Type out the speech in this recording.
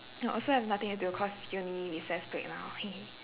oh also I have nothing to do cause uni recess break now